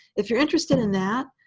if you're interested in that,